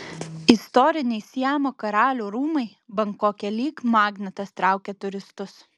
istoriniai siamo karalių rūmai bankoke lyg magnetas traukia turistus